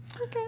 Okay